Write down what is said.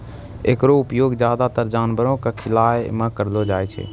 एकरो उपयोग ज्यादातर जानवरो क खिलाय म करलो जाय छै